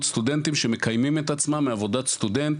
סטודנטים שמקיימים את עצמם מעבודת סטודנט,